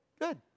good